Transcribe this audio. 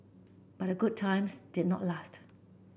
but the good times did not last